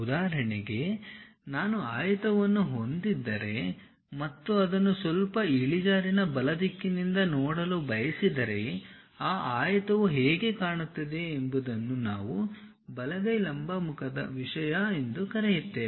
ಉದಾಹರಣೆಗೆ ನಾನು ಆಯತವನ್ನು ಹೊಂದಿದ್ದರೆ ಮತ್ತು ಅದನ್ನು ಸ್ವಲ್ಪ ಇಳಿಜಾರಿನ ಬಲ ದಿಕ್ಕಿನಿಂದ ನೋಡಲು ಬಯಸಿದರೆ ಆ ಆಯತವು ಹೇಗೆ ಕಾಣುತ್ತದೆ ಎಂಬುದನ್ನು ನಾವು ಬಲಗೈ ಲಂಬ ಮುಖದ ವಿಷಯ ಎಂದು ಕರೆಯುತ್ತೇವೆ